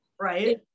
right